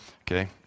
Okay